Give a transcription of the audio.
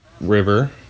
River